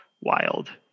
wild